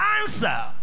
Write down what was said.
answer